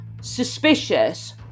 suspicious